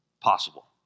possible